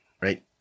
right